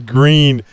Green